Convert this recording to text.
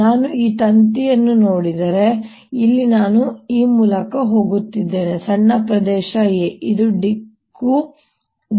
ನಾನು ಈ ತಂತಿಯನ್ನು ನೋಡಿದರೆ ಇಲ್ಲಿ ನಾನು ಈ ಮೂಲಕ ಹೋಗುತ್ತಿದ್ದೇನೆ ಇಲ್ಲಿ ಸಣ್ಣ ಪ್ರದೇಶ A ಇಲ್ಲಿ ದಿಕ್ಕು d l